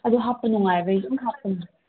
ꯑꯗꯨ ꯍꯥꯞꯄ ꯅꯨꯡꯉꯥꯏꯕꯒꯤ ꯑꯗꯨꯃ ꯍꯥꯞꯄꯅꯤ